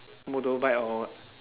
motorbike or what